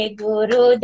guru